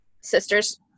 sister's